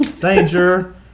danger